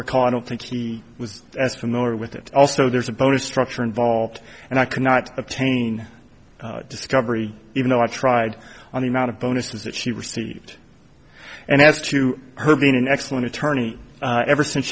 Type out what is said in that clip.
recall i don't think he was as familiar with it also there's a bonus structure involved and i could not obtain discovery even though i tried on the amount of bonuses that she received and as to her being an excellent attorney ever since